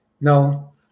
No